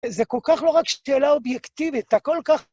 זה כל כך לא רק שאלה אובייקטיבית, הכל כך...